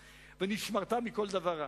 "ונשמרת מכל דבר רע".